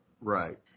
Right